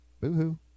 Boo-hoo